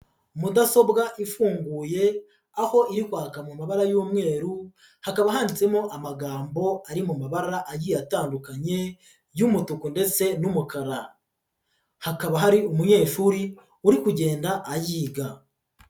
Mudasobwa ifunguye aho iri kwaka mu mabara y'umweru, hakaba handitsemo amagambo ari mu mabara agiye atandukanye y'umutuku ndetse n'umukara. Hakaba hari umunyeshuri uri kugenda ayiga.